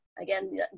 Again